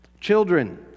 Children